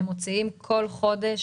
הם מוציאים בכל חודש